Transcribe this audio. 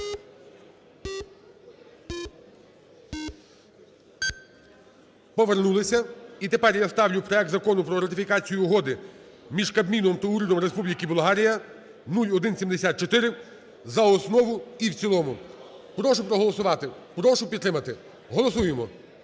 Повернулися. І тепер я ставлю проект Закону про ратифікацію Угоди між Кабміном та Урядом Республіки Болгарія (0174) за основу і в цілому. Прошу проголосувати, прошу підтримати. Голосуємо,